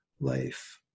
life